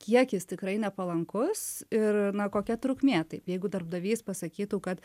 kie jis tikrai nepalankus ir na kokia trukmė tai jeigu darbdavys pasakytų kad